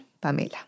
Pamela